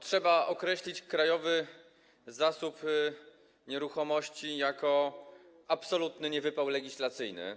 Trzeba określić Krajowy Zasób Nieruchomości jako absolutny niewypał legislacyjny.